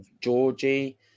Georgie